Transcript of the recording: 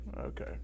Okay